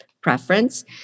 preference